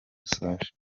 dusoje